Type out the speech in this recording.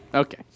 Okay